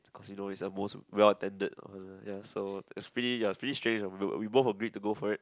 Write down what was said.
of course you know it was the most well attended uh ya so it's pretty ya pretty strange outlook we both agree to go for it